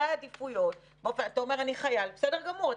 העדיפויות אתה אומר: אני חייל בסדר גמור,